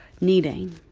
needing